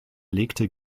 legte